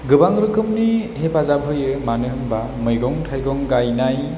गोबां रोखोमनि हेफाजाब होयो मानो होमबा मैगं थाइगं गायनाय